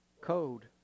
Code